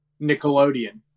Nickelodeon